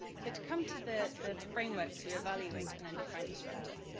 to to come to the the framework to evaluate an endocrine disruptor,